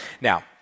Now